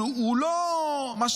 הוא לא פראייר,